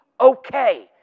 okay